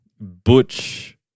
butch